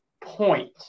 point